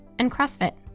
and crossfit.